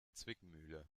zwickmühle